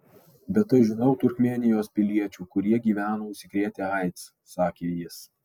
bet aš žinau turkmėnijos piliečių kurie gyvena užsikrėtę aids sakė jis